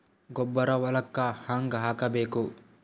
ಗೊಬ್ಬರ ಹೊಲಕ್ಕ ಹಂಗ್ ಹಾಕಬೇಕು?